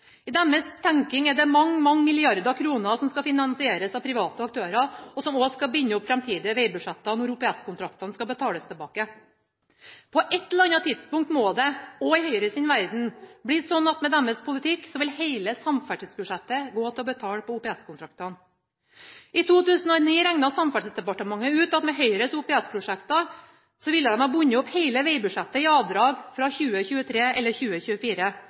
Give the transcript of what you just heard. I deres tenkning er det mange, mange milliarder kroner som skal finansieres av private aktører, og som også skal binde opp framtidige vegbudsjetter når OPS-kontraktene skal betales tilbake. På et eller annet tidspunkt må det, også i Høyres verden, bli slik at med deres politikk så vil hele samferdselsbudsjettet gå til å betale på OPS-kontraktene. I 2009 regnet Samferdselsdepartementet ut at med Høyres OPS-prosjekter ville de ha bundet opp hele vegbudsjettet i avdrag fra 2023 eller 2024,